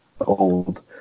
old